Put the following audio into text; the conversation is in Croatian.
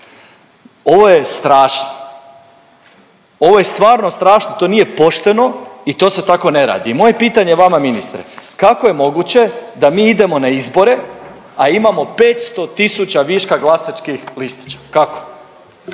Ovo je strašno. Ovo je stvarno strašno. To nije pošteno i to se tako ne radi. I moje pitanje vama ministre kako je moguće da mi idemo na izbore, a imamo 500 tisuća viška glasačkih listića, kako?